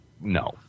no